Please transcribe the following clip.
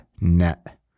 net